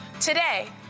Today